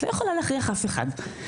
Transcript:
את לא יכולה להכריח אף אחד.